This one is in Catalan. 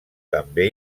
també